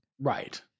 Right